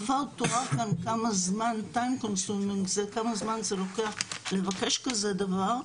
כבר תואר כאן כמה זמן זה לוקח לבקש כזה דבר,